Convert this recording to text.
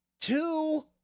two